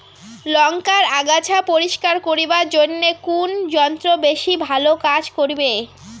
লংকার আগাছা পরিস্কার করিবার জইন্যে কুন যন্ত্র বেশি ভালো কাজ করিবে?